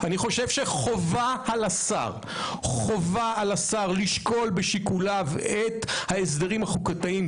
חובה על השר לשקול בשיקוליו את ההסדרים החוקתיים,